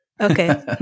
Okay